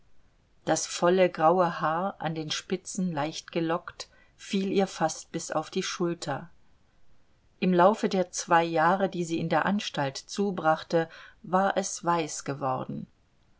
das volle graue haar an den spitzen leicht gelockt fiel ihr fast bis auf die schulter im laufe der zwei jahre die sie in der anstalt zubrachte war es weiß geworden